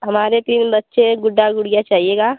हमारे तीन बच्चे एक गुड्डा गुड़िया चाहिएगा